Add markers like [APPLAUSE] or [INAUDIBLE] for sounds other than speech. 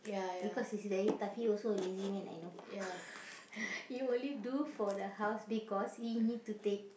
because it's very tough he also lazy man I know [LAUGHS] he only do for the house because he need to take